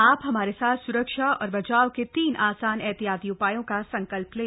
आप भी हमारे साथ सुरक्षा और बचाव के तीन आसान एहतियाती उपायों का संकल्प लें